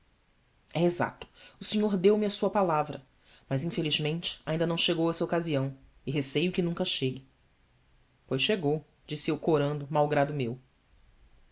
é exato o senhor deu-me a sua palavra mas infelizmente ainda não chegou essa ocasião e receio que nunca chegue ois chegou disse eu corando malgrado meu